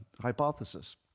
hypothesis